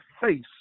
face